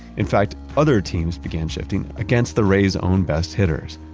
in fact, other teams began shifting against the ray's own best hitters,